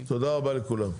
תודה רבה לכולם.